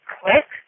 quick